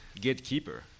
gatekeeper